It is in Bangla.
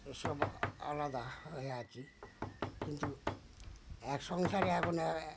এসব আলাদা হয়ে আছি কিন্তু এক সংসারে এখন আর